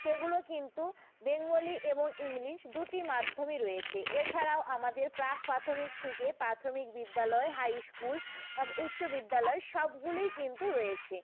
সেগুলো কিন্তু বেঙ্গলি এবং ইংলিশ দুটি মাধ্যমই রয়েছে এছাড়াও আমাদের প্রাক প্রাথমিক থেকে প্রাথমিক বিদ্যালয় হাইস্কুল উচ্চ বিদ্যালয় সবগুলিই কিন্তু রয়েছে